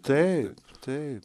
tai taip